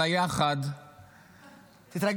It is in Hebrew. על היחד --- תתרגש.